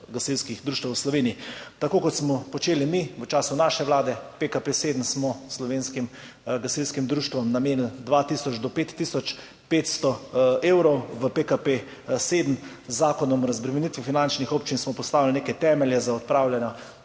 gasilskih društev v Sloveniji. Tako kot smo počeli mi v času naše vlade, v PKP 7 smo slovenskim gasilskim društvom namenili 2 tisoč do 5 tisoč 500 evrov, v PKP 7. Z Zakonom o finančni razbremenitvi občin smo postavili neke temelje za odpravljanje